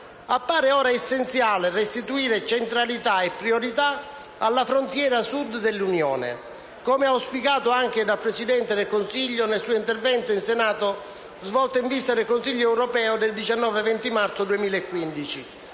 appare ora essenziale restituire centralità e priorità alla frontiera Sud dell'Unione, come auspicato anche dal Presidente del Consiglio nel suo intervento in Senato svolto in vista del Consiglio europeo del 19-20 marzo 2015.